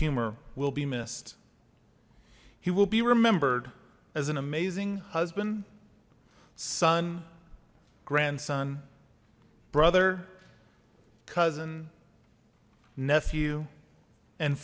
humor will be missed he will be remembered as an amazing husband son grandson brother cousin nephew and